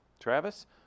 Travis